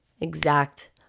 exact